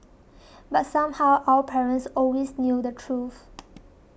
but somehow our parents always knew the truth